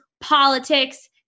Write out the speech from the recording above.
politics